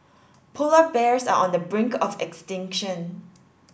polar bears are on the brink of extinction